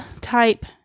type